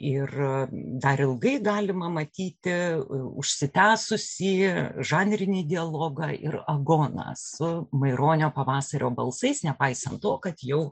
ir dar ilgai galima matyti užsitęsusį žanrinį dialogą ir agoną su maironio pavasario balsais nepaisant to kad jau